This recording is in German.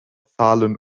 zahlen